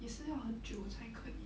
也是要很久才可以